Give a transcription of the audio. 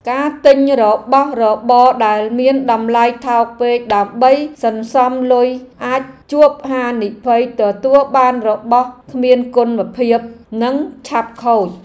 ការទិញរបស់របរដែលមានតម្លៃថោកពេកដើម្បីសន្សំលុយអាចជួបហានិភ័យទទួលបានរបស់គ្មានគុណភាពនិងឆាប់ខូច។